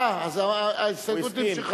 אה, אז ההסתייגות נמשכה.